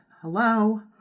Hello